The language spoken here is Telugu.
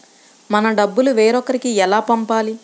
మన డబ్బులు వేరొకరికి ఎలా పంపాలి?